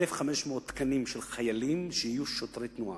1,500 תקנים של חיילים שיהיו שוטרי תנועה,